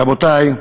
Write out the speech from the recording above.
רבותי,